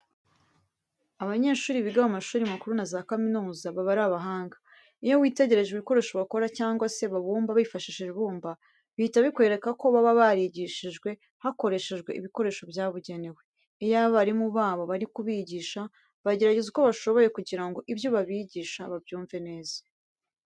Abanyeshuri biga mu mashuri makuru na za kaminuza baba ari abahanga. Iyo witegereje ibikoresho bakora cyangwa se babumba bifashishije ibumba, bihita bikwereka ko baba barigishijwe hakoreshejwe ibikoresho byabugenewe. Iyo abarimu babo bari kubigisha bagerageza uko bashoboye kugira ngo ibyo babigisha babyumve neza.